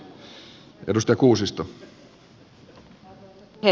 arvoisa puhemies